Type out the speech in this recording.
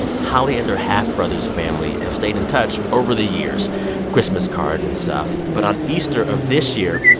holly and her half-brother's family have stayed in touch over the years christmas cards and stuff. but on easter of this year,